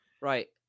Right